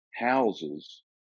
houses